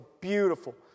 beautiful